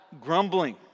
grumbling